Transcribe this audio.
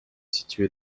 situé